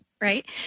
right